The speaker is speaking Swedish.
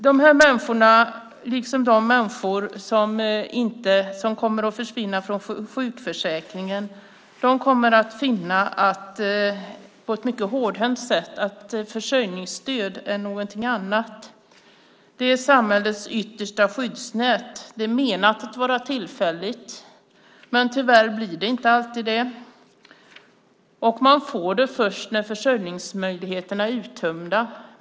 De här människorna liksom de människor som kommer att försvinna från sjukförsäkringen kommer på ett mycket hårdhänt sätt att finna att försörjningsstöd är någonting annat. Det är samhällets yttersta skyddsnät. Det är menat att vara tillfälligt, men tyvärr blir det inte alltid det. Man får det först när försörjningsmöjligheterna är uttömda.